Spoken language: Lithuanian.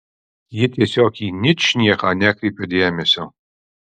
ji tiesiog į ničnieką nekreipė dėmesio